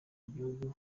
bihugu